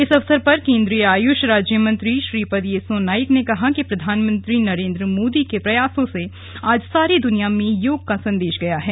इस अवसर पर केंद्रीय आयुष राज्यमंत्री श्रीपद येसो नाइक ने कहा कि प्रधानमंत्री नरेन्द्र मोदी के प्रयासों से आज सारी दुनिया में योग का संदेश गया है